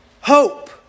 hope